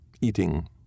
eating